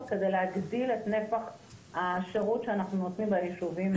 כדי להגדיל את נפח השירות שאנחנו נותנים ביישובים.